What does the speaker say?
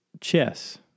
chess